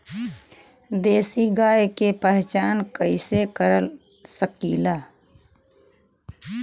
देशी गाय के पहचान कइसे कर सकीला?